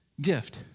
gift